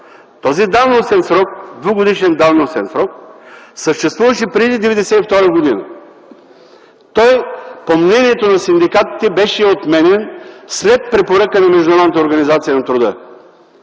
Този двегодишен давностен срок съществуваше и преди 1992 г. По мнението на синдикатите, той беше отменен след препоръка на Международната организация на труда